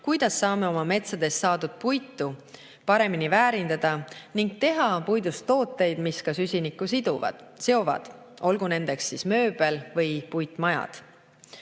kuidas saame oma metsadest saadud puitu paremini väärindada ning teha puidust tooteid, mis ka süsinikku seovad, olgu nendeks mööbel või puitmajad.